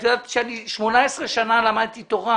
את יודעת שאני 18 שנים למדתי תורה,